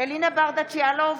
אלינה ברדץ' יאלוב,